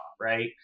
right